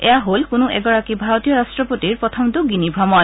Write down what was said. এয়া হল কোনো এগৰাকী ভাৰতীয় ৰাট্টপতিৰ প্ৰথমটো গিনি ভ্ৰমণ